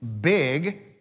big